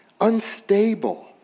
unstable